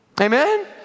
Amen